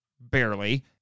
barely